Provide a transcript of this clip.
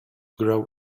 grow